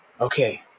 okay